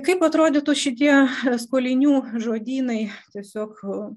kaip atrodytų šitie skolinių žodynai tiesiog